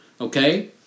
okay